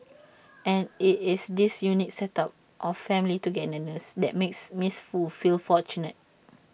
and IT is this unique set up of family togetherness that makes miss Foo feel fortunate